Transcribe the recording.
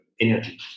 energy